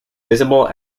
visible